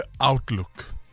outlook